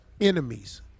enemies